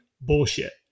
Bullshit